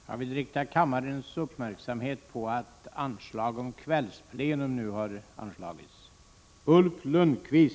Innan nästa talare får ordet vill jag rikta kammarens uppmärksamhet på att meddelande om kvällsplenum nu har anslagits.